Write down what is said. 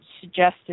suggested